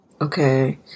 Okay